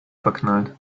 verknallt